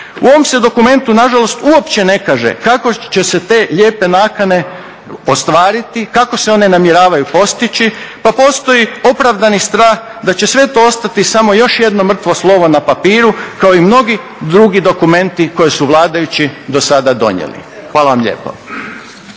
U ovom se dokumentu nažalost uopće ne kaže kako će se te lijepe nakane ostvariti, kako se one namjeravaju postići, pa postoji opravdani strah da će sve to ostati samo još jedno mrtvo slovo na papiru kao i mnogi drugi dokumenti koji su vladajući do sada donijeli. Hvala vam lijepo.